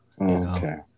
Okay